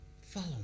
follow